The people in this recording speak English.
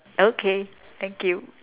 okay thank you